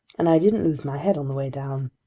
and i didn't lose my head on the way down.